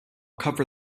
cover